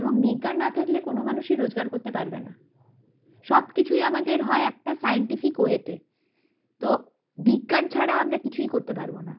এবং বিজ্ঞান না থাকলে কোন মানুষই রোজগার করতে পারবে না সব কিছুই আমাদের হয় একটা সাইন্টিফিক ওয়েতে তো বিজ্ঞান ছাড়া আমরা কিছুই করতে পারব না